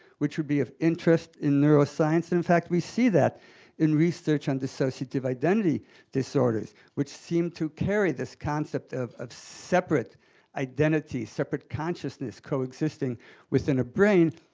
which would be of interest in neuroscience. in fact, we see that in research on dissociative identity disorders, which seem to carry this concept of of separate identity, separate consciousness coexisting within a brain.